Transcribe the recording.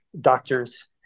Doctors